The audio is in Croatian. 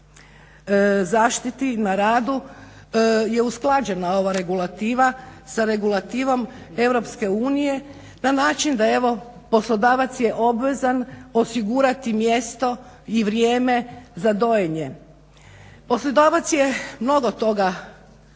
zaštiti na radu je usklađena ova regulativa sa regulativom EU na način da evo poslodavac je obvezan osigurati mjesto i vrijeme za dojenje. Poslodavac je mnogo toga,